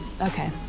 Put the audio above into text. Okay